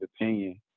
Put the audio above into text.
opinion